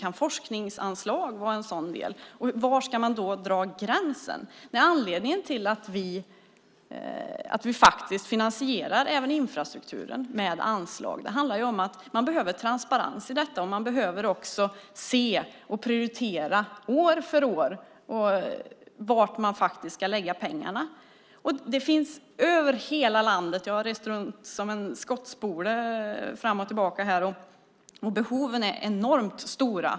Kan forskningsanslag vara en sådan del? Var ska man då dra gränsen? Anledningen till att vi finansierar även infrastrukturen med anslag handlar om att man behöver transparens i detta. Man behöver också se och prioritera år för år var man ska lägga pengarna. Över hela landet - jag har rest runt som en skottspole fram och tillbaka - är behoven enormt stora.